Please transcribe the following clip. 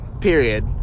Period